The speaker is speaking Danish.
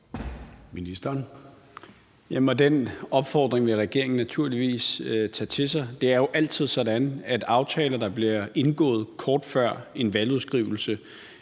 Den opfordring vil regeringen naturligvis tage til sig. Det er jo altid sådan, at aftaler, der bliver indgået kort før en valgudskrivelse,